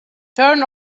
turn